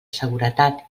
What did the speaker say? seguretat